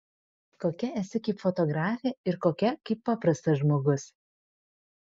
kokia esi kaip fotografė ir kokia kaip paprastas žmogus